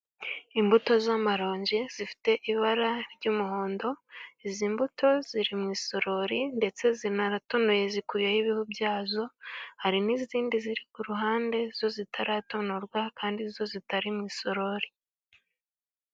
Imbuto z'amaronji zifite ibara ry'umuhondo . Izi mbuto ziri mu isorori ndetse zinaratonoye , zikuyeho ibihu byazo , hari n'izindi ku ruhande zo zitaratonorwa kandi zo zitari mu isorori.